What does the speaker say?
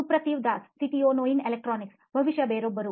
ಸುಪ್ರತಿವ್ Das CTO ನೋಯಿನ್ electronics ಬಹುಶಃ ಬೇರೊಬ್ಬರು